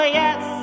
yes